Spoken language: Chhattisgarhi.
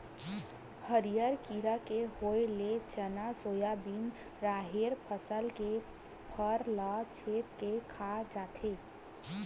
हरियर कीरा के होय ले चना, सोयाबिन, राहेर फसल के फर ल छेंद के खा जाथे